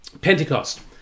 Pentecost